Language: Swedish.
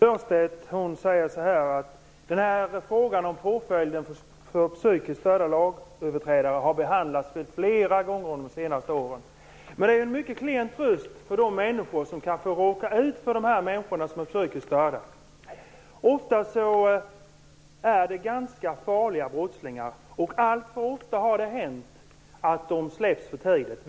Fru talman! Birthe Sörestedt säger att frågan om påföljden för psykiskt störda lagöverträdare har behandlats flera gånger under de senaste åren. Men det är en mycket klen tröst för de människor som kanske råkat ut för personer som är psykiskt störda. Ofta är det ganska farliga brottslingar, och alltför ofta har det hänt att de släpps ut för tidigt.